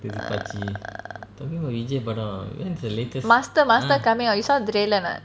master master coming out you saw the trailer not